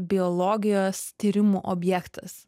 biologijos tyrimų objektas